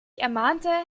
ermahnte